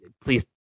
Please